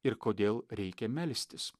ir kodėl reikia melstis